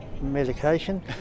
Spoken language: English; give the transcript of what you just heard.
medication